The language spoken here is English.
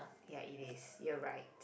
ya it is you're right